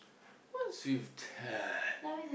what's with that